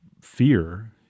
fear